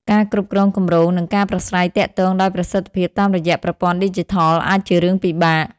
ការគ្រប់គ្រងគម្រោង និងការប្រាស្រ័យទាក់ទងដោយប្រសិទ្ធភាពតាមរយៈប្រព័ន្ធឌីជីថល អាចជារឿងពិបាក។